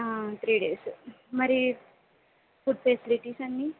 three days మరి food facilities అన్నీ